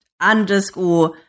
underscore